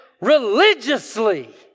religiously